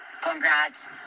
congrats